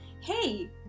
hey